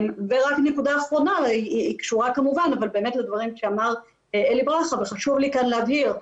נקודה אחרונה באמת לדברים שאמר אלי ברכה וחשוב לי כאן להבהיר.